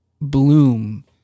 bloom